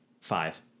Five